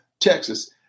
Texas